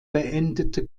beendete